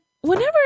whenever